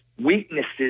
weaknesses